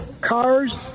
cars